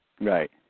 Right